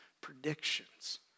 predictions